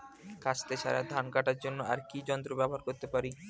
কাস্তে ছাড়া ধান কাটার জন্য আর কি যন্ত্র ব্যবহার করতে পারি?